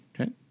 Okay